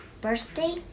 Birthday